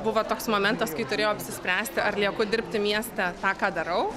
buvo toks momentas kai turėjau apsispręsti ar lieku dirbti mieste tą ką darau